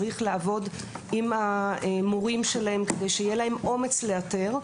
צריך לעבוד עם המורים שלהם כדי שיהיה להם אומץ לאתר.